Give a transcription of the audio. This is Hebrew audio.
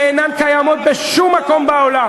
שאינן קיימות בשום מקום בעולם,